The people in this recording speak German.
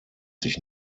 sich